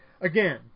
again